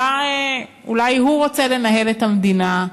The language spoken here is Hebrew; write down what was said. אולי הוא רוצה לנהל את המדינה,